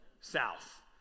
South